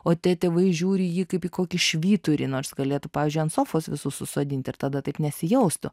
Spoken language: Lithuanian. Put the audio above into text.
o tie tėvai žiūri į jį kaip į kokį švyturį nors galėtų pavyzdžiui ant sofos visus susodinti ir tada taip nesijaustų